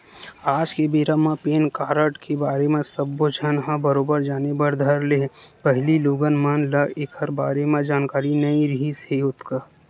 आज के बेरा म पेन कारड के बारे म सब्बो झन ह बरोबर जाने बर धर ले हे पहिली लोगन मन ल ऐखर बारे म जानकारी नइ रिहिस हे ओतका